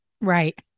Right